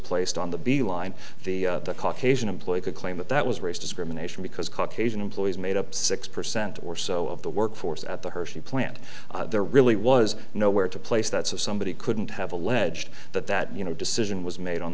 placed on the b line the caucasian employee could claim that that was race discrimination because caucasian employees made up six cent or so of the workforce at the hershey plant there really was no where to place that's a somebody couldn't have alleged that that you know decision was made on